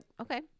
okay